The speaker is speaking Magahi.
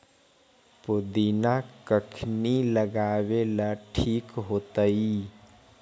पुदिना कखिनी लगावेला ठिक होतइ?